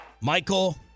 Michael